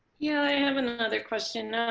yeah, i have and another question. um,